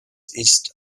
ist